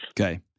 Okay